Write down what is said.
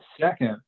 Second